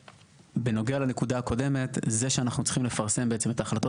שבנוגע לנקודה הקודמת זה שאנחנו צריכים לפרסם את ההחלטות